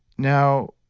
now,